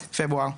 בפברואר.